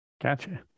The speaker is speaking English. Gotcha